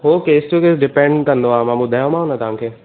हू case to case depend कंदो आहे मां ॿुधायोमांव न तव्हां खे